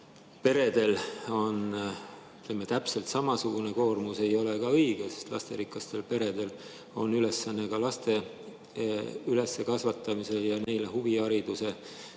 peredel on täpselt samasugune koormus, ei ole ka õige, sest lasterikastel peredel on ka laste üleskasvatamise ja neile huvihariduse